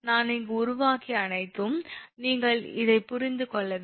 நான் இங்கு உருவாக்கிய அனைத்தும் நீங்கள் இதை புரிந்து கொள்ள வேண்டும்